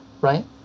Right